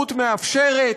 הורות מאפשרת,